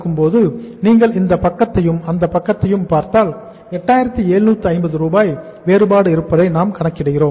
இப்போது நீங்கள் இந்தப் பக்கத்தையும் அந்தப் பக்கத்தையும் பார்த்தால் 8750 ரூபாய் வேறுபாடு இருப்பதை நாம் கணக்கிடுகிறோம்